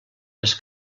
les